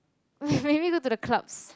maybe go to the clubs